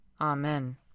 Amen